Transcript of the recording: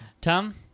Tom